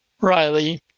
Riley